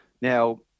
Now